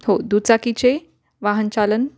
हो दुचाकीचे वाहनचालन